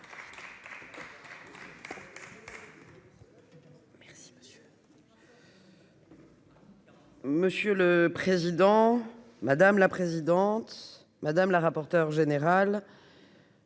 Merci monsieur. Monsieur le président, madame la présidente, madame la rapporteure générale.